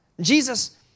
Jesus